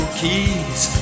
keys